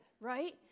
right